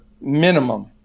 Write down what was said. minimum